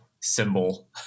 symbol